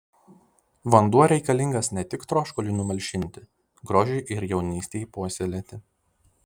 vanduo reikalingas ne tik troškuliui numalšinti grožiui ir jaunystei puoselėti